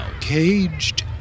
Caged